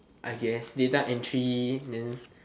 I guess data entry then